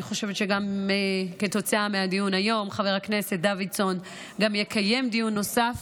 אני גם חושבת שכתוצאה מהדיון היום חבר הכנסת דוידסון יקיים דיון נוסף,